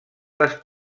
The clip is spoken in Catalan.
les